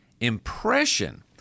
Impression